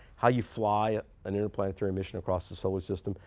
how you fly an interplanetary mission across the solar system,